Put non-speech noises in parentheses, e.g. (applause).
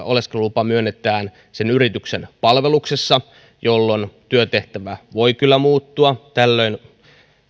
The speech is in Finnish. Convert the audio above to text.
(unintelligible) oleskelulupa myönnetään yrityksen palvelukseen jolloin työtehtävä voi kyllä muuttua tällöin